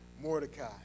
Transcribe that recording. Mordecai